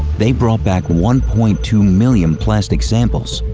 they brought back one point two million plastic samples.